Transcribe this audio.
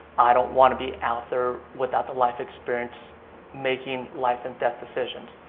i don't want to be out there without the life experience making life and death decisions.